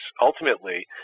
Ultimately